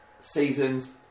seasons